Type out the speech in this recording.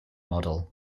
model